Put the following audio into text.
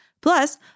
Plus